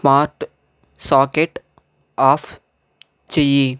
smart socket off చెయ్యి